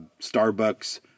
Starbucks